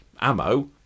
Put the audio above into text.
ammo